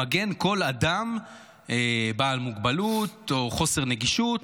למגן כל אדם בעל מוגבלות או חוסר נגישות